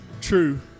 true